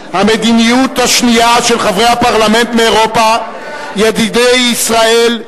המדיניות השנייה של חברי פרלמנט מאירופה ידידי ישראל,